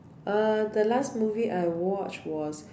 err the last movie I watch was